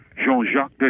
Jean-Jacques